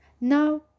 Now